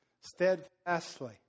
steadfastly